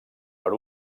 per